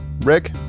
Rick